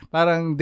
Parang